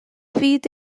fyd